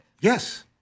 Yes